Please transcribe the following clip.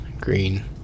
Green